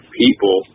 people